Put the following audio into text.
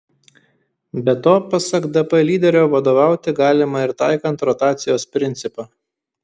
be to pasak dp lyderio vadovauti galima ir taikant rotacijos principą